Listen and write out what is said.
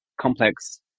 complex